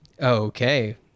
Okay